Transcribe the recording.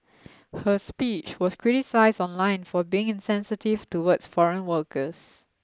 her speech was criticised online for being insensitive towards foreign workers